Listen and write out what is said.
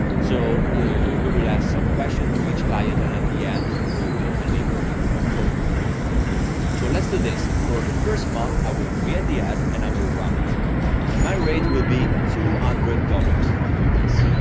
so yeah we will ask some questions to each client and at the end we will deliver the coupon code, if you have a coupon code. so let's do this, for the first month i will create the ad and i will run it and my rate will be two hundred dollars, to do this.